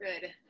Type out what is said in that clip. good